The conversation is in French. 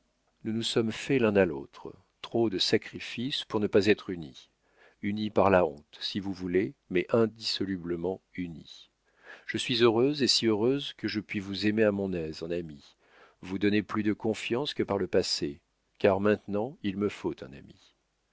nous nous sommes fait l'un à l'autre trop de sacrifices pour ne pas être unis unis par la honte si vous voulez mais indissolublement unis je suis heureuse et si heureuse que je puis vous aimer à mon aise en ami vous donner plus de confiance que par le passé car maintenant il me faut un ami